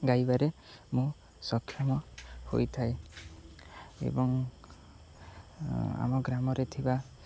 ଗାଇବାରେ ମୁଁ ସକ୍ଷମ ହୋଇଥାଏ ଏବଂ ଆମ ଗ୍ରାମରେ ଥିବା